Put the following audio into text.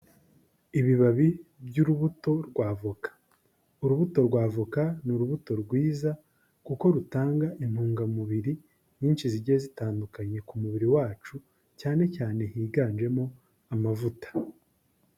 Ibibabi by'urubuto rwa avoka, urubuto rwa avoka ni urubuto rwiza kuko rutanga intungamubiri nyinshi zigiye zitandukanye ku mubiri wacu, cyane cyane higanjemo amavuta.